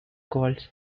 calls